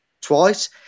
twice